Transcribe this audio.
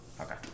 Okay